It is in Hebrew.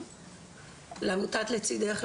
לעמותת "לצידך",